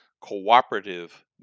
cooperative